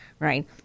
right